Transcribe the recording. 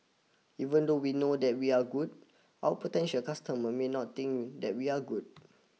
even though we know that we are good our potential customer may not think that we are good